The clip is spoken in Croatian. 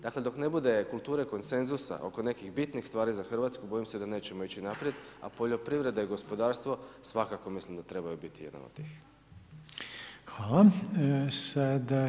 Dakle dok ne bude kulture konsenzusa oko nekih bitnih stvari za Hrvatsku, bojim se da nećemo ići naprijed a poljoprivreda i gospodarstvo svakako mislim da trebaju biti jedan od tih.